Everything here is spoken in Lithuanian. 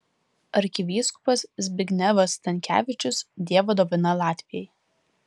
arkivyskupas zbignevas stankevičius dievo dovana latvijai